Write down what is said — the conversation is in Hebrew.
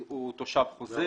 הוא תושב חוזר.